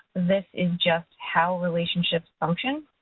this is just how relationships function.